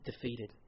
defeated